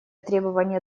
требования